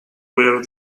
where